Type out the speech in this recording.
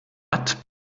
watt